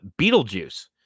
Beetlejuice